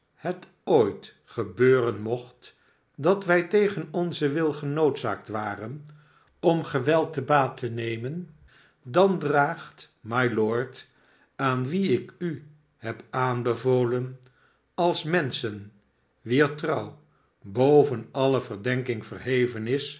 het ooitgebeuren mocht dat wij tegen onzen wil genoodzaakt waren om geweld te baat te nemen dan draagt mylord aan wien ik u heb aanbevolen als menschen wier trouw boven alle verdenking verheven is